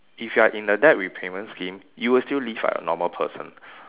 if you are in the debt repayment scheme you will still live like a normal person